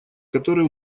которые